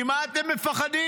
ממה אתם מפחדים?